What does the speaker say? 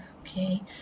okay